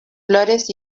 flores